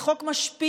זה חוק משפיל,